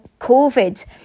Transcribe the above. COVID